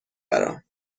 برام